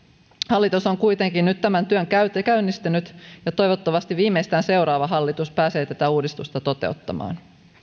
hallitus on kuitenkin nyt tämän työn käynnistänyt ja toivottavasti viimeistään seuraava hallitus pääsee tätä uudistusta toteuttamaan